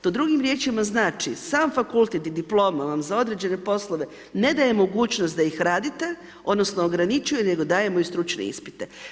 To drugim riječima znači, sam fakultet i diploma vam za određene poslove ne daje mogućnost da ih radite odnosno ograničuje nego dajemo i stručni ispit.